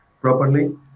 properly